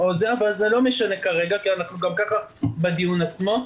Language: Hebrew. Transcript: אבל לא משנה כרגע כי אנחנו כבר כך בדיון עצמו,